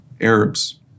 Arabs